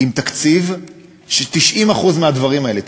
עם תקציב ש-90% מהדברים האלה,